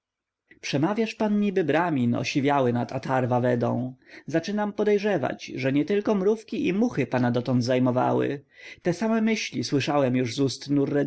przemawiasz pan niby bramin osiwiały nad atharvavedą zaczynam podejrzewać że nietylko mrówki i muchy pana dotąd zajmowały te same myśli słyszałem już z ust